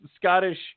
Scottish –